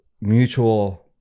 mutual